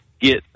get